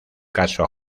caso